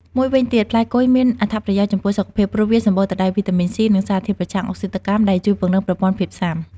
មួយវិញទៀតផ្លែគុយមាន អត្ថប្រយោជន៍ចំពោះសុខភាព ព្រោះវាសម្បូរទៅដោយវីតាមីន ស៊ី និងសារធាតុប្រឆាំងអុកស៊ីតកម្ម ដែលជួយពង្រឹងប្រព័ន្ធភាពស៊ាំ។